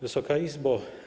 Wysoka Izbo!